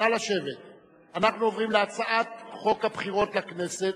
הוא מרתק,